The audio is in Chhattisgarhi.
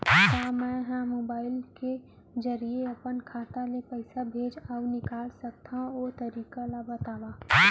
का मै ह मोबाइल के जरिए अपन खाता ले पइसा भेज अऊ निकाल सकथों, ओ तरीका ला बतावव?